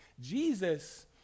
Jesus